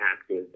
active